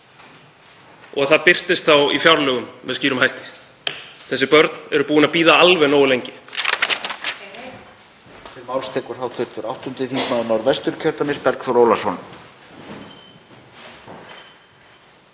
og það birtist þá í fjárlögum með skýrum hætti. Þessi börn eru búin að bíða alveg nógu lengi.